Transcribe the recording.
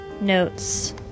notes